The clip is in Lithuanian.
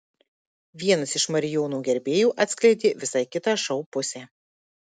vienas iš marijono gerbėjų atskleidė visai kitą šou pusę